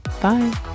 Bye